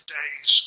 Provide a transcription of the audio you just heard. days